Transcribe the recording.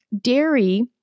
dairy